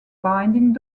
binding